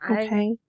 Okay